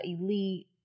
elite